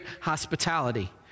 hospitality